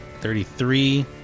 Thirty-three